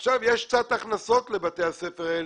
עכשיו יש קצת הכנסות לבתי הספר האלה,